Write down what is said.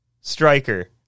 striker